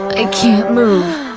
i can't move! mm